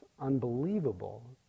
unbelievable